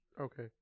Okay